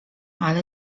ale